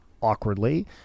awkwardly